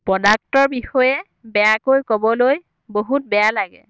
প্ৰডাক্টৰ বিষয়ে বেয়াকৈ ক'বলৈ বহুত বেয়া লাগে